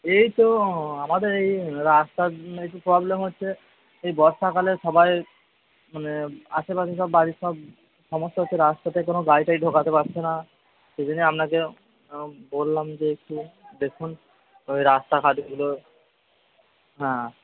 এই তো আমাদের এই রাস্তার জন্যে একটু প্রবলেম হচ্ছে এই বর্ষাকালে সবার মানে আশেপাশে সব বাড়ির সব সমস্যা হচ্ছে যে রাস্তাতে কোনো গাড়িটাড়ি ঢোকাতে পারছে না সেজন্যই আপনাকে বললাম যে একটু দেখুন ওই রাস্তাঘাটগুলো হ্যাঁ